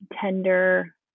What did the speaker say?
tender